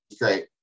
great